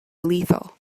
lethal